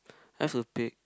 else will pick